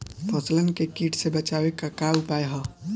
फसलन के कीट से बचावे क का उपाय है?